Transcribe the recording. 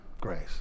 grace